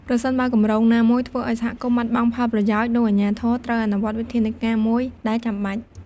ប្រសិនបើគម្រោងណាមួយធ្វើឱ្យសហគមន៍បាត់បង់ផលប្រយោជន៍ នោះអាជ្ញាធរត្រូវអនុវត្តវិធានណាមួយដែលចាំបាច់។